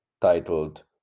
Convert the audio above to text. titled